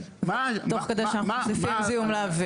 תוך כדי שאנחנו מוסיפים זיהום לאוויר.